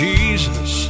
Jesus